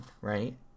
right